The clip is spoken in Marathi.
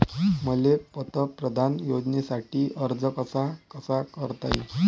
मले पंतप्रधान योजनेसाठी अर्ज कसा कसा करता येईन?